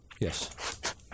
Yes